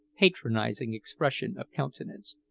patronising expression of countenance,